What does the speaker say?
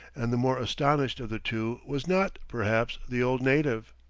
and the more astonished of the two was not, perhaps, the old native.